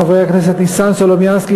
חברי הכנסת ניסן סלומינסקי,